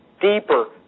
deeper